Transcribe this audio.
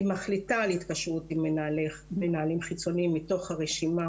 היא מחליטה על התקשרות עם מנהלים חיצוניים מתוך הרשימה